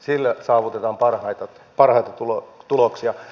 sillä saavutetaan parhaita tuloksia